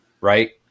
right